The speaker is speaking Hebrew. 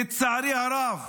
לצערי הרב